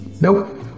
Nope